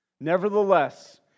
Nevertheless